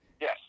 Yes